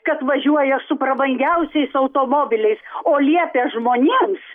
kad važiuoja su prabangiausiais automobiliais o liepia žmonėms